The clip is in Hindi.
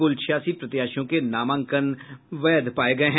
कुल छियासी प्रत्याशियों के नामांकन वैध पाये गये हैं